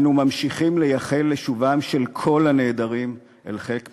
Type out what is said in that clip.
אנו ממשיכים לייחל לשובם של כל הנעדרים אל חיק משפחותיהם.